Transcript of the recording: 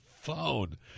phone